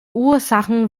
ursachen